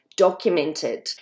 documented